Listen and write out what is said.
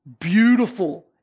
beautiful